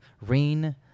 rain